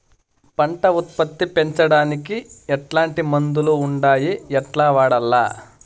పంట ఉత్పత్తి పెంచడానికి ఎట్లాంటి మందులు ఉండాయి ఎట్లా వాడల్ల?